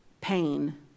pain